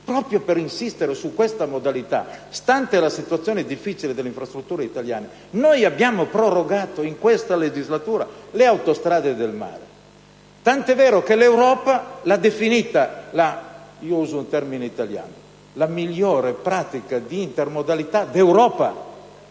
proprio per insistere su questa modalità, stante la situazione difficile delle infrastrutture italiane, abbiamo prorogato in questa legislatura gli incentivi per le autostrada del mare. Tant'è vero che l'Europa ha definito la nostra - uso il termine italiano - la migliore pratica di intermodalità d'Europa.